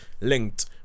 linked